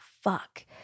fuck